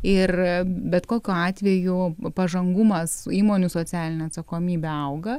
ir bet kokiu atveju pažangumas įmonių socialinė atsakomybė auga